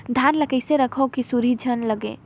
धान ल कइसे रखव कि सुरही झन लगे?